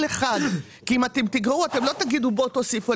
אחד כי אם אתם תגרעו לא תאמרו בואו תוסיפו.